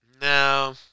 No